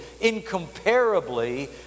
incomparably